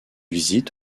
visite